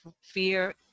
Fear